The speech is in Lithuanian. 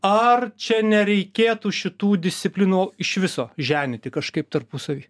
ar čia nereikėtų šitų disciplinų iš viso ženyti kažkaip tarpusavy